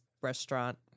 restaurant